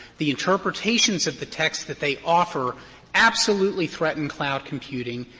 the interpretations of the text that they offer absolutely threaten cloud computing,